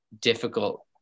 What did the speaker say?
difficult